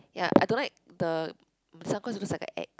ya I don't like the this one because it looks like a X